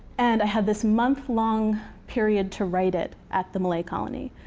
and i had this month long period to write it at the millay colony.